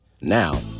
Now